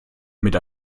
mit